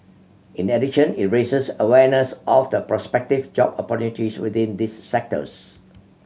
in addition it raises awareness of the prospective job opportunities within these sectors